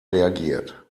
reagiert